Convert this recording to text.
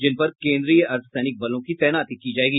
जिन पर केन्द्रीय अर्द्वसैनिक बलों की तैनाती की जायेगी